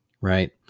right